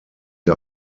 der